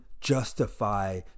justify